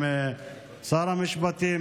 עם שר המשפטים,